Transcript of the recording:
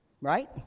right